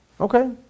Okay